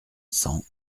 cent